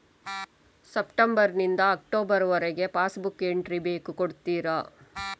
September ನಿಂದ October ವರಗೆ passbook entry ಬೇಕು ಕೊಡುತ್ತೀರಾ?